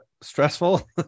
stressful